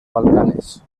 balcanes